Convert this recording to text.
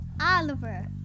Oliver